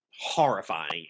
horrifying